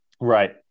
right